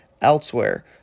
elsewhere